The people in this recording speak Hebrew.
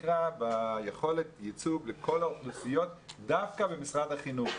ביכולת הייצוג לכל האוכלוסיות דווקא במשרד החינוך.